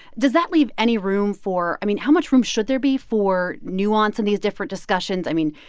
does that leave any room for i mean, how much room should there be for nuance in these different discussions? i mean,